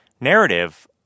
narrative